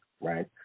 right